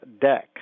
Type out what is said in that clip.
deck